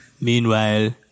Meanwhile